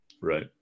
right